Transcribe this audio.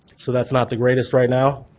so that's not the greatest right now.